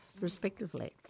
respectively